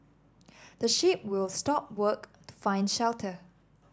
the sheep will stop work to find shelter